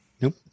Nope